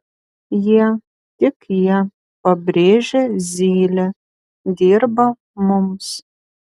jie tik jie pabrėžė zylė dirba mums